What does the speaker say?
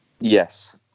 Yes